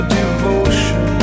devotion